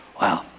Wow